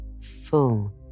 full